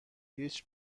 هیچ